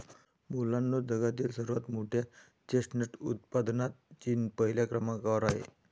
मुलांनो जगातील सर्वात मोठ्या चेस्टनट उत्पादनात चीन पहिल्या क्रमांकावर आहे